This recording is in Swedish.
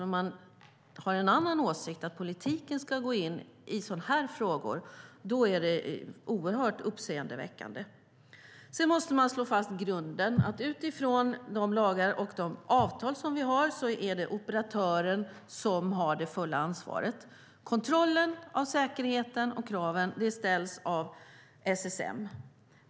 Om man har en annan åsikt, att politiken ska gå in på sådana här frågor, då är det oerhört uppseendeväckande. Sedan måste man slå fast grunden. Utifrån de lagar och de avtal som vi har är det operatören som har det fulla ansvaret. Kontrollen av säkerheten och av att kraven uppfylls görs av SSM.